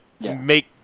make